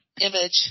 Image